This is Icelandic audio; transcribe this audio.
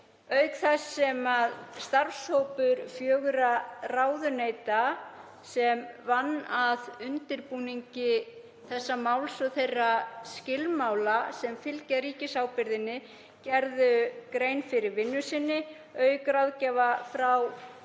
auk þess sem starfshópur fjögurra ráðuneyta sem vann að undirbúningi þessa máls og þeirra skilmála sem fylgja ríkisábyrgðinni gerði grein fyrir vinnu sinni auk